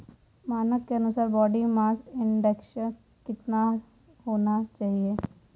मानक के अनुसार बॉडी मास इंडेक्स कितना होना चाहिए?